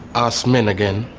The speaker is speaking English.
us men again.